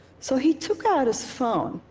so he took out his phone,